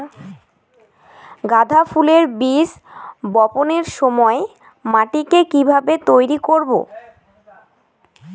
গাদা ফুলের বীজ বপনের সময় মাটিকে কিভাবে তৈরি করব?